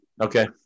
Okay